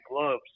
gloves